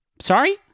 Sorry